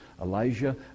Elijah